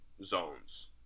zones